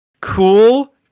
Cool